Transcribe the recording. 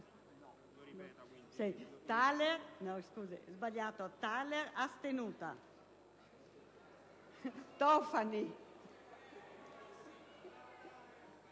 Non lo ripeto,